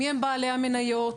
מיהם בעלי המניות,